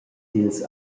dils